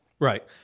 Right